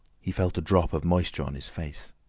he felt a drop of moisture on his face.